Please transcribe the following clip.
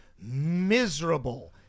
miserable